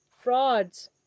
Frauds